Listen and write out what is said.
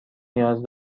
نیاز